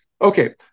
Okay